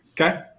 Okay